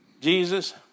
Jesus